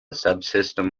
subsystem